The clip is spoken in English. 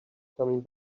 coming